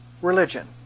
religion